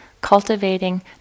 cultivating